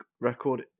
record